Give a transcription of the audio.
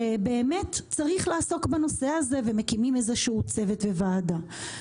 שבאמת צריך לעסוק בנושא הזה ומקימים איזשהו צוות בוועדה.